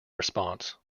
response